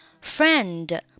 Friend